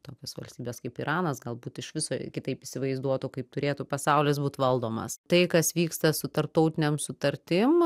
tokios valstybės kaip iranas galbūt iš viso kitaip įsivaizduotų kaip turėtų pasaulis būt valdomas tai kas vyksta su tarptautinėm sutartim